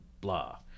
blah